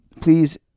please